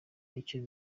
icyo